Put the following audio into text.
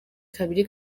kabiri